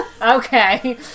Okay